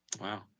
Wow